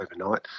overnight